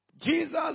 Jesus